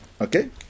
okay